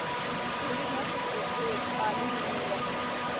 खेरी नस्ल के भेंड़ पाली में मिला हई